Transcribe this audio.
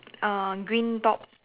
uh green top